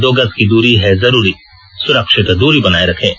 दो गज की दूरी है जरूरी सुरक्षित दूरी बनाए रखें